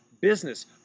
business